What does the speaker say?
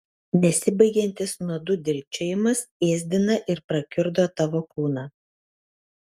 nesibaigiantis nuodų dilgčiojimas ėsdina ir prakiurdo tavo kūną